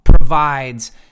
provides